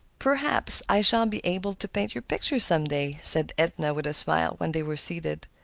perhaps i shall be able to paint your picture some day, said edna with a smile when they were seated.